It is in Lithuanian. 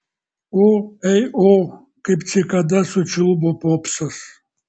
o ei o kaip cikada sučiulbo popsas